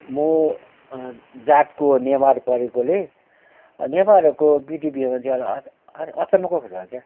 म जातको नेवार परेकोले नेवारहरूको विधि एउटा अचम्मको पो छ क्या